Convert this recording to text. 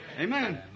Amen